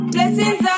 Blessings